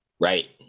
Right